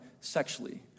sexually